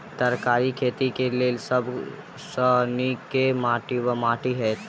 तरकारीक खेती केँ लेल सब सऽ नीक केँ माटि वा माटि हेतै?